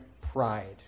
Pride